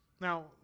Now